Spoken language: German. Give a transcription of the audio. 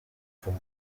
vom